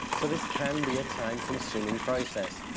so this can be a time-consuming process,